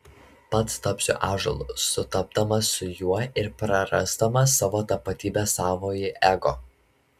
pats tapsiu ąžuolu sutapdamas su juo ir prarasdamas savo tapatybę savąjį ego